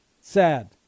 Sad